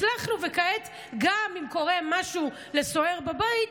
הצלחנו, וכעת גם אם קורה משהו לסוהר בבית,